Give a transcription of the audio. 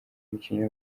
umukinnyi